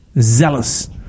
zealous